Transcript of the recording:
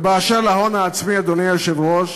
ובאשר להון העצמי, אדוני היושב-ראש,